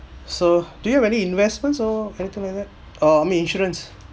so do you have any investments or anything like that oh I mean insurance